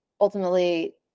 ultimately